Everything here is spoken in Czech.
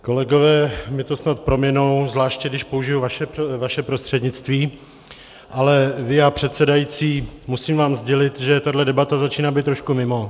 Kolegové mi to snad prominou, zvláště když použiji vaše prostřednictví, ale via předsedající, musím vám sdělit, že tahle debata začíná být trošku mimo.